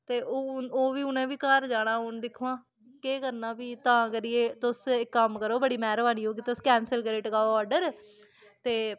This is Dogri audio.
ते ओह् ओह् बी उ'नें बी घर जाना हून दिक्खो हां केह् करना फ्ही तां करियै तुस इक कम्म करो बड़ी मैह्रबानी होग तुस कैंसल करी टकाओ आर्डर ते